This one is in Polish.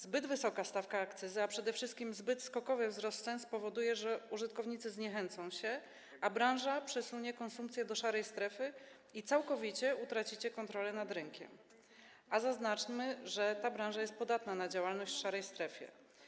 Zbyt wysoka stawka akcyzy, a przede wszystkim zbyt skokowy wzrost cen, spowoduje, że użytkownicy zniechęcą się, a branża przesunie konsumpcję do szarej strefy i całkowicie utracicie kontrolę nad rynkiem, a zaznaczmy, że ta branża jest podatna na działalność w szarej strefie.